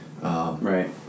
Right